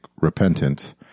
Repentance